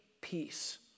peace